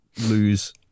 lose